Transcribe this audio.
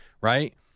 Right